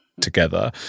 together